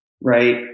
right